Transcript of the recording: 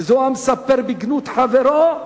וזה המספר בגנות חברו,